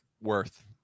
worth